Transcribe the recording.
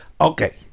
Okay